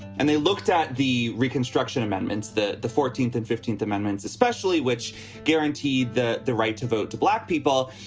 and they looked at the reconstruction amendments, the the fourteenth and fifteenth amendments especially, which guaranteed the the right to vote to black people.